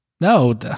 No